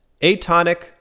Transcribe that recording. Atonic